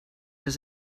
does